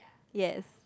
yes